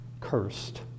cursed